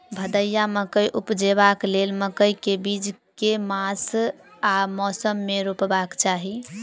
भदैया मकई उपजेबाक लेल मकई केँ बीज केँ मास आ मौसम मे रोपबाक चाहि?